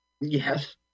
Yes